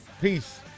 peace